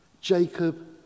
Jacob